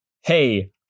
hey